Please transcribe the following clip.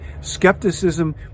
Skepticism